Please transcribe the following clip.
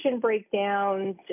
breakdowns